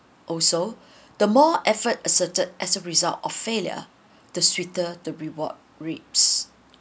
also the more effort asserted as a result of failure the sweeter to reward ribs